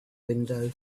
window